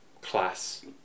class